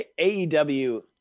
aew